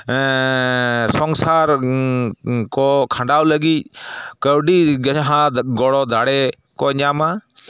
ᱥᱚᱝᱥᱟᱨ ᱠᱚ ᱠᱷᱟᱸᱰᱟᱣ ᱞᱟᱹᱜᱤᱫ ᱠᱟᱹᱣᱰᱤ ᱡᱟᱦᱟᱸ ᱜᱚᱲᱚ ᱫᱟᱲᱮ ᱠᱚ ᱧᱟᱢᱟ